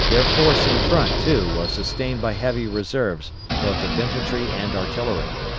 their force in front, too, was sustained by heavy reserves both of infantry and artillery.